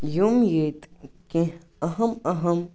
یِم ییٚتہِ کیٚنٛہہ اَہم اَہَم